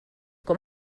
com